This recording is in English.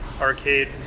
arcade